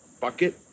bucket